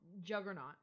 juggernaut